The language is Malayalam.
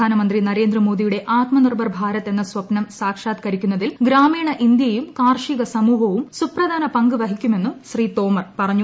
പ്രധാനമന്ത്രി നരേന്ദ്ര മോദിയുടെ ആത്മ നിർഭർ ഭാരത് എന്ന സ്വപ്നം സാക്ഷാത്കരിക്കുന്നതിൽ ഗ്രാമീണ ഇന്ത്യയും കാർഷിക സമൂഹവും സുപ്രധാന പങ്ക് വഹിക്കുമെന്നും ശ്രീ തോമർ പറഞ്ഞു